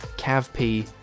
cav p,